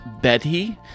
Betty